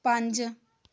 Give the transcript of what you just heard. ਪੰਜ